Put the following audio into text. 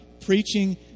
preaching